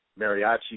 mariachi